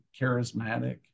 charismatic